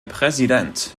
präsident